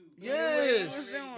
Yes